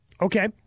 Okay